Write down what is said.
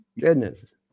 Goodness